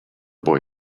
boy